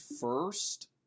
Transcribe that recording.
first